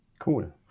Cool